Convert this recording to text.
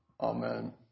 Amen